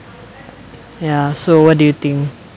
ya so what do you think